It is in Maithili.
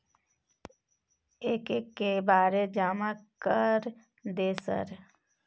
एक एक के बारे जमा कर दे सर?